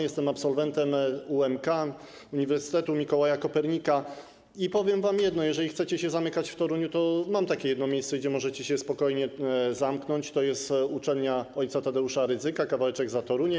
Jestem absolwentem UMK, Uniwersytetu Mikołaja Kopernika i powiem wam jedno: jeżeli chcecie się zamykać w Toruniu, to mam takie jedno miejsce, gdzie możecie się spokojnie zamknąć, to jest uczelnia o. Tadeusza Rydzyka, kawałeczek za Toruniem.